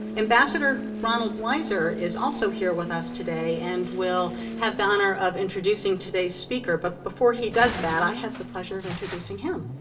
ambassador ronald wiser is also here with us today and will have the honor of introducing today's speaker, but before he does that, i have the pleasure of introducing him.